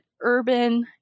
urban